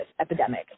epidemic